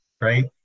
right